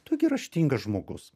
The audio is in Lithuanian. tu gi raštingas žmogus